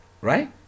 right